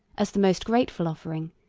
as the most grateful offering,